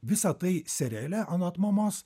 visa tai seriale anot mamos